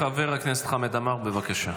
חבר הכנסת חמד עמאר, בבקשה.